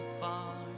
far